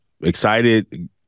excited